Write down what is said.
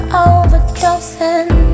overdosing